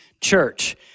Church